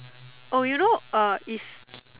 oh you know uh if